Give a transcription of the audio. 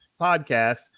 podcast